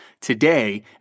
today